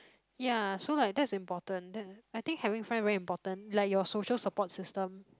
ya so like that's important that I think having friend very important like your social support system